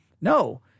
No